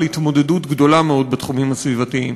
התמודדות גדולה מאוד בתחומים הסביבתיים.